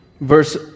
Verse